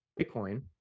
Bitcoin